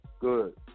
Good